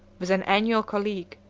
with an annual colleague,